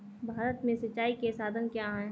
भारत में सिंचाई के साधन क्या है?